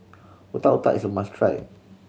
Otak Otak is a must try